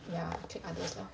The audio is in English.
ya click others lah